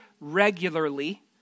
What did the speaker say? regularly